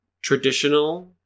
traditional